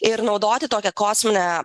ir naudoti tokią kosminę